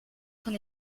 con